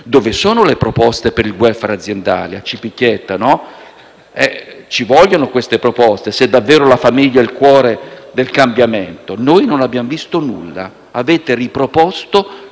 Dove sono le proposte per il *welfare* aziendale? Ci vogliono queste proposte, se davvero la famiglia è il cuore del cambiamento. Noi non abbiamo visto nulla; avete riproposto